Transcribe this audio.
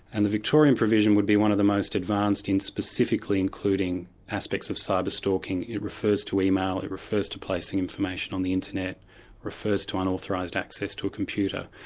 and the victorian provision would be one of the most advanced in specifically including aspects of cyber stalking it refers to email, it refers to placing information on the internet, it refers to unauthorised access to a computer.